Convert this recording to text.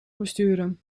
besturen